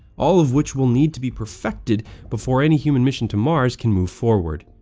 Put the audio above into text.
all of which will need to be perfected before any human mission to mars can move forward.